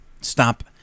stop